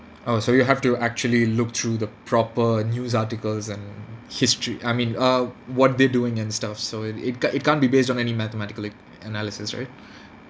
oh so you have to actually look through the proper news articles and history I mean uh what they're doing and stuff so it it can't it can't be based on any mathematical e~ analysis right